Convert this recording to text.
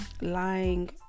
lying